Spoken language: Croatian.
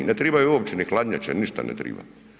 Ne trebaju uopće ni hladnjače, ništa ne treba.